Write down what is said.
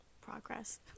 progress